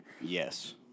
Yes